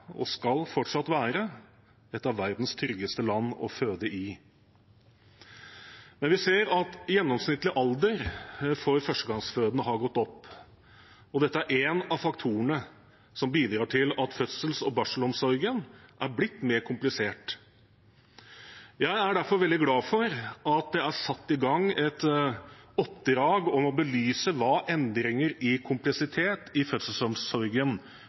og skal fortsatt være, et av verdens tryggeste land å føde i. Men vi ser at gjennomsnittlig alder for førstegangsfødende har gått opp, og dette er en av faktorene som bidrar til at fødsels- og barselomsorgen har blitt mer komplisert. Jeg er derfor veldig glad for at det er satt i gang et arbeid med å belyse hva endringer i kompleksitet i fødselsomsorgen